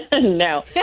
No